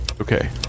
okay